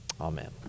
Amen